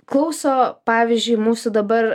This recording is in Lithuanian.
klauso pavyzdžiui mūsų dabar